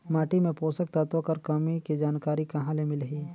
माटी मे पोषक तत्व कर कमी के जानकारी कहां ले मिलही?